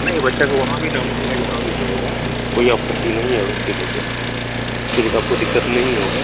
नहीं बच्चा तो वहाँ भी नाम रहेगा यहाँ भी रहेगा कोई आपत्ति नहीं है उसके लेके उसके लेके आपको दिक्कत नहीं होगा